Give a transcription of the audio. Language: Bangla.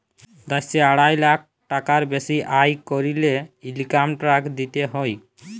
দ্যাশে আড়াই লাখ টাকার বেসি আয় ক্যরলে ইলকাম ট্যাক্স দিতে হ্যয়